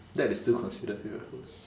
that is still considered favourite food